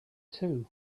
too